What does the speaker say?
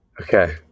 Okay